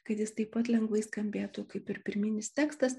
kad jis taip pat lengvai skambėtų kaip ir pirminis tekstas